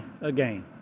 again